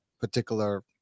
particular